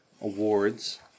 awards